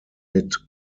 mit